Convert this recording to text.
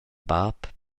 bab